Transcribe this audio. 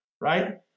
right